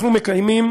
אנחנו מקיימים